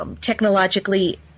technologically